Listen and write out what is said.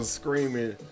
screaming